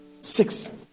six